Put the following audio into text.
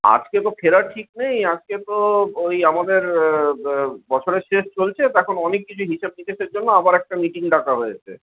আজকে তো ফেরার ঠিক নেই আজকে তো ওই আমাদের বছরের শেষ চলছে তো এখন অনেক কিছু হিসেব টিসেবের জন্য আবার একটা মিটিং ডাকা হয়েছে